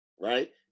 right